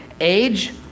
age